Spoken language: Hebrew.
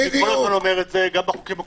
אני כל הזמן אומר את זה, גם בחוקים הקודמים.